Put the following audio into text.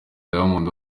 diamond